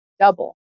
double